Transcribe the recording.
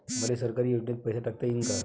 मले सरकारी योजतेन पैसा टाकता येईन काय?